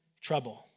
trouble